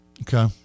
Okay